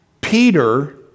Peter